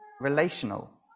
relational